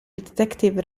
detective